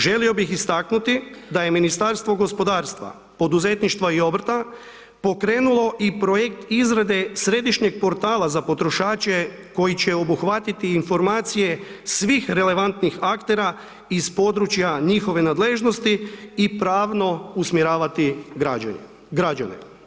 Želio bih istaknuti da je Ministarstvo gospodarstva, poduzetništva i obrta pokrenulo i projekt izrade središnjeg portala za potrošače koji će obuhvatiti informacije svih relevantnih aktera iz područja njihove nadležnosti i pravno usmjeravati građane.